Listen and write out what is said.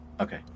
Okay